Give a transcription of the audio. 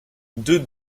deux